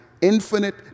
infinite